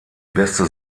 beste